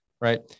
right